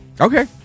Okay